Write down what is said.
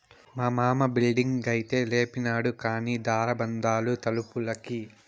మా మామ బిల్డింగైతే లేపినాడు కానీ దార బందాలు తలుపులకి